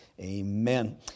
amen